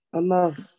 enough